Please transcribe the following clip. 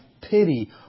pity